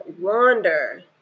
wander